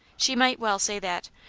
she might well say that,